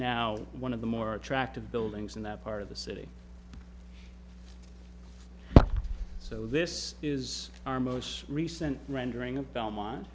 now one of the more attractive buildings in that part of the city so this is our most recent rendering of belmont